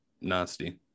nasty